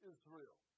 Israel